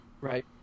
Right